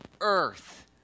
earth